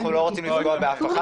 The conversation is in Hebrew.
אנחנו לא רוצים לפגוע באנשים,